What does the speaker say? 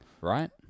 right